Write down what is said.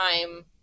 time